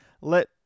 let